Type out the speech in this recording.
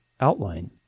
outline